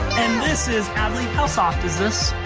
and this is adley, how soft is this?